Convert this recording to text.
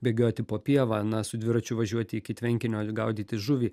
bėgioti po pievą na su dviračiu važiuoti iki tvenkinio gaudyti žuvį